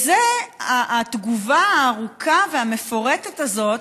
התגובה הארוכה והמפורטת הזאת,